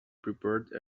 prepared